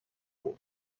نبرد